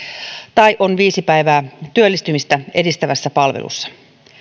tai on viisi päivää työllistymistä edistävässä palvelussa